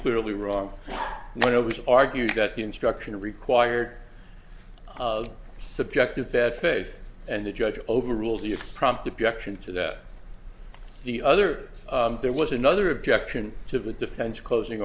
clearly wrong when it was argued that the instruction required subjective that face and the judge overruled the prompt objection to that the other there was another objection to the defense closing